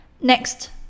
next